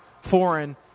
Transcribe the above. foreign